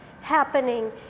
happening